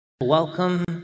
Welcome